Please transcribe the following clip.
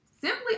simply